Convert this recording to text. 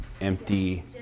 empty